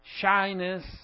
shyness